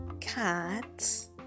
cats